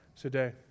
today